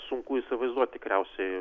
sunku įsivaizduot tikriausiai